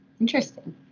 Interesting